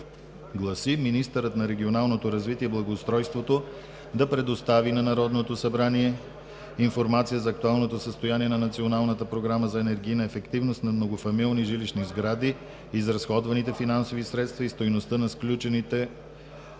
„2. Министърът на регионалното развитие и благоустройството да предостави на Народното събрание информация за актуалното състояние на Националната програма за енергийна ефективност на многофамилни жилищни сгради, изразходваните финансови средства и стойността на сключените